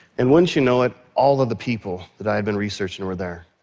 and wouldn't you know it, all of the people that i had been researching were there,